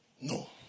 No